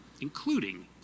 including